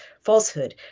falsehood